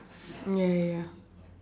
ya ya ya